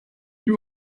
you